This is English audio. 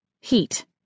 heat